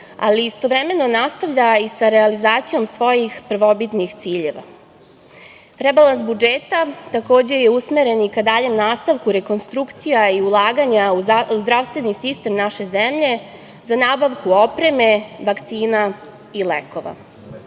ali istovremeno nastavlja i sa realizacijom svojih prvobitnih ciljeva. Rebalans budžeta takođe je usmeren i ka daljem nastavku rekonstrukcija i ulaganja u zdravstveni sistem naše zemlje, za nabavku opreme, vakcina i lekova.